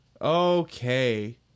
Okay